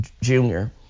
junior